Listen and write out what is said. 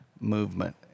movement